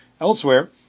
elsewhere